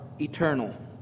eternal